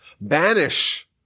banish